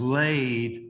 laid